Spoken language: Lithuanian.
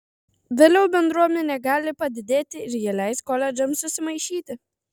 vėliau bendruomenė gali padidėti ir jie leis koledžams susimaišyti